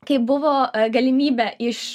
kai buvo galimybė iš